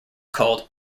called